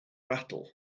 rattle